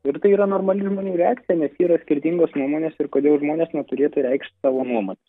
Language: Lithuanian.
ir tai yra normali žmonių reakcija nes yra skirtingos nuomonės ir kodėl žmonės neturėtų reikšt savo nuomonės